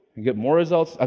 got more results. ah